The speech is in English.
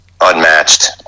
unmatched